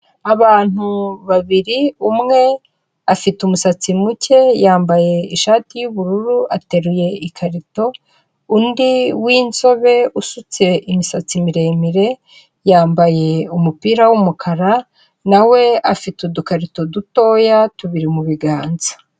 Abantu babiri, umwe afite umusatsi muke yambaye ishati y'ubururu ateruye ikarito, undi winzobe usutse imisatsi miremire yambaye umupira w'umukara nawe afite udukarito dutoya tubiri mu biganza.